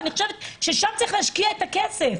אני חושבת ששם צריך להשקיע את הכסף.